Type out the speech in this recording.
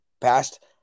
past